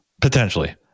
Potentially